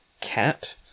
cat